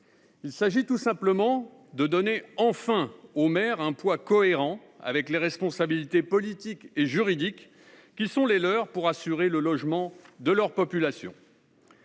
Il s’agit tout simplement de donner enfin aux maires un poids cohérent avec les responsabilités politiques et juridiques qui sont les leurs pour assurer le logement de leur population.